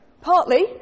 partly